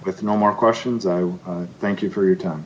with no more questions i thank you for your time